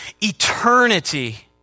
eternity